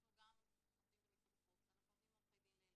אנחנו גם עובדים במיקור חוץ ואנחנו נותנים עורכי דין לילדים.